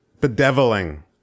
bedeviling